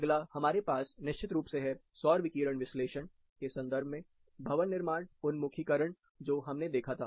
अगला हमारे पास निश्चित रूप से है सौर विकिरण विश्लेषण के संदर्भ में भवन निर्माण उन्मुखीकरणजो हमने देखा था